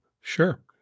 Sure